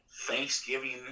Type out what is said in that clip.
Thanksgiving